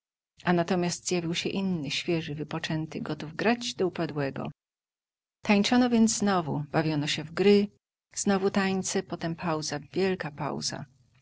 natomiast zjawił się inny świeży wypoczęty gotów grać do upadłego tańczono więc znowu bawiono się w gry znowu tańce potem pauza wielka pauza